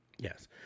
Yes